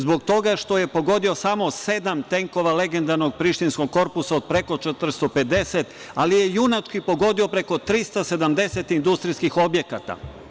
Zbog toga što je pogodio samo sedam tenkova legendarnog Prištinskog korpusa od preko 450, ali je junački pogodio preko 370 industrijskih objekata.